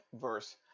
verse